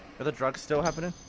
are the drugs still happening?